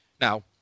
Now